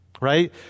Right